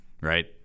right